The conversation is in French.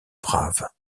braves